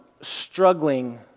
struggling